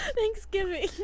Thanksgiving